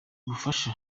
bufasha